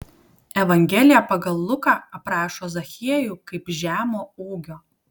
evangelija pagal luką aprašo zachiejų kaip žemo ūgio